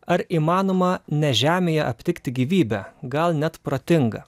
ar įmanoma ne žemėje aptikti gyvybę gal net protingą